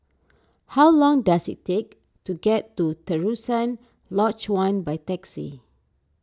how long does it take to get to Terusan Lodge one by taxi